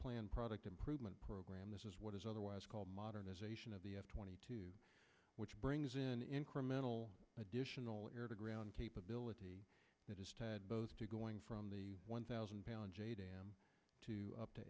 planned product improvement program this is what is otherwise called modernization of the f twenty two which brings in incremental additional air to ground capability that is to add both to going from the one thousand pound j dam to up to